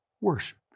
Worship